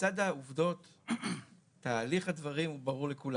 שמצד העובדות תהליך הדברים ברור לכולם.